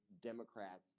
Democrats